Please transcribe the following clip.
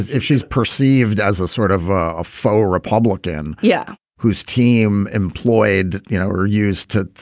if she's perceived as a sort of a faux republican. yeah. whose team employed you know, we're used to